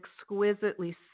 exquisitely